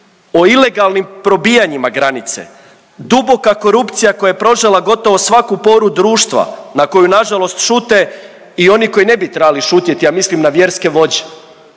o ilegalnim probijanjima granice, duboka korupcija koja je prožela gotovo svaku poru društva na koju nažalost šute i oni koji ne bi trebali šutjeti, a mislim na vjerske vođe.